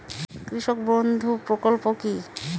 কৃষক বন্ধু প্রকল্প কি?